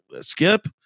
skip